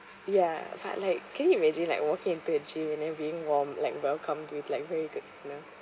ya but like can you imagine like walking into a gym and then being warm like welcome to like very good smell